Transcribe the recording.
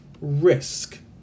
risk